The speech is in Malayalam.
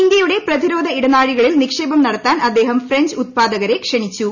ഇന്ത്യയുടെ പ്രതിരോധ ഇടനാഴികളിൽ നീക്ഷേ്പം നടത്താൻ അദ്ദേഹം ഫ്രഞ്ച് ഉത്പാദകരെ ക്ഷണിച്ചു